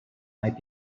might